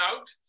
out